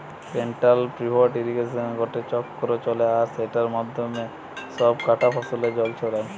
central pivot ইর্রিগেশনে গটে চক্র চলে আর সেটার মাধ্যমে সব কটা ফসলে জল ছড়ায়